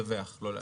לדווח, לא לאשר.